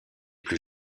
plus